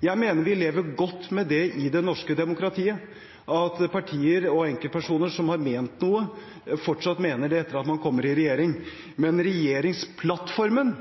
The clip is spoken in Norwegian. Jeg mener vi i det norske demokratiet lever godt med at partier og enkeltpersoner som har ment noe, fortsatt mener det etter at man kommer i regjering. Men regjeringsplattformen